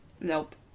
Nope